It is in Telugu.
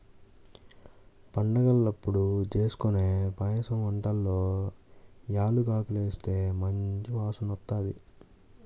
పండగలప్పుడు జేస్కొనే పాయసం వంటల్లో యాలుక్కాయాలేస్తే మంచి వాసనొత్తది